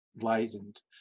lightened